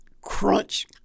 crunch